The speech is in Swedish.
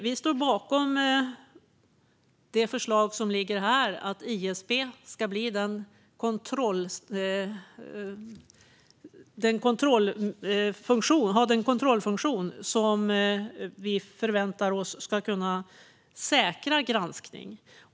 Vi står bakom det förslag som ligger, att ISP ska ha den kontrollfunktion som vi förväntar oss ska kunna säkra granskning.